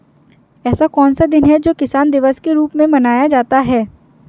ऐसा कौन सा दिन है जो किसान दिवस के रूप में मनाया जाता है?